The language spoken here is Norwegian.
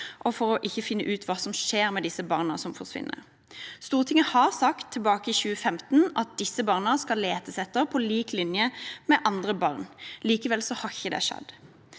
og for ikke å finne ut hva som skjer med disse barna som forsvinner. Stortinget har sagt – tilbake i 2015 – at disse barna skal letes etter på lik linje med andre barn. Likevel har ikke det skjedd.